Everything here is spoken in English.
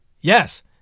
yes